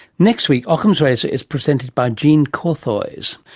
next week ockhams razor is presented by jea n curthoys.